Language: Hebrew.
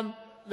נגד, אין נמנעים.